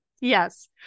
Yes